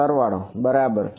સરવાળો બરાબર છે